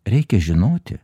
reikia žinoti